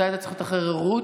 אתה היית צריך להיות אחרי רות,